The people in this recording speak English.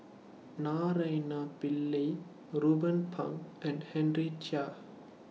Naraina Pillai Ruben Pang and Henry Chia